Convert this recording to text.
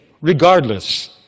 Regardless